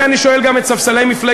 את זה אני שואל גם את ספסלי מפלגת